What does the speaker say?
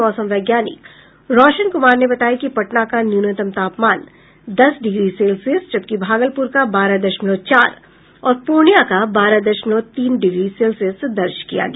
मौसम वैज्ञानिक रौशन कुमार ने बताया कि पटना का न्यूनतम तापमान दस डिग्री सेल्सियस जबकि भागलपुर का बारह दशमलव चार और पूर्णिया का बारह दशमलव तीन डिग्री सेल्सियस दर्ज किया गया